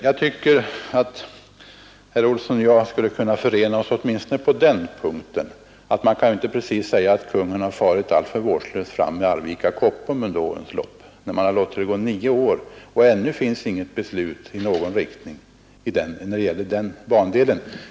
Jag tycker att herr Olsson och jag skulle kunna förena oss åtminstone på den punkten att man kan inte precis säga att Kungl. Maj:t har farit alltför vårdslöst fram med bandelen Arvika—-Koppom under årens lopp, när man har låtit det gå nio år och det ännu inte finns något beslut i någon riktning när det gäller den bandelen.